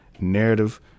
narrative